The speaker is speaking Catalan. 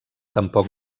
tampoc